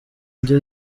njye